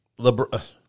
LeBron